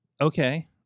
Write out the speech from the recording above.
okay